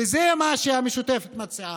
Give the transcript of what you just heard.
וזה מה שהמשותפת מציעה,